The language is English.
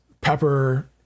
Pepper